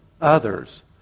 others